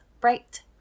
bright